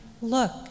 look